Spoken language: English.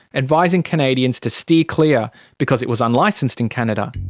advising canadians to steer clear because it was unlicensed in canada.